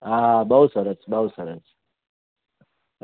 હા બહુ સરસ બહુ સરસ